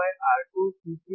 fH या fC2 1 2πR2C3